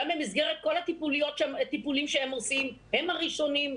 גם במסגרת כל הטיפולים שהם עושים הם הראשונים,